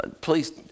please